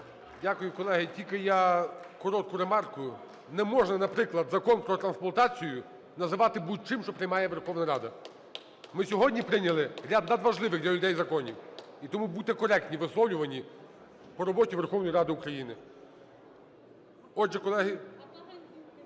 Дякую, колеги. Тільки я коротку ремарку. Не можна, наприклад, Закон про трансплантацію називати будь-чим, що приймає Верховна Рада. Ми сьогодні прийняли ряд надважливих для людей законів. І тому будьте коректні у висловлюванні по роботі Верховної Ради України. Отже, колеги,